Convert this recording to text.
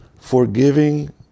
forgiving